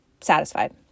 satisfied